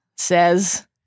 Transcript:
Says